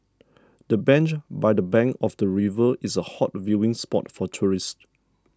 the bench by the bank of the river is a hot viewing spot for tourists